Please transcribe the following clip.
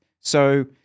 So-